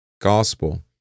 Gospel